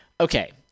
Okay